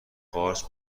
قارچ